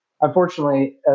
unfortunately